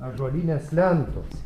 ąžuolinės lentos